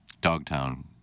Dogtown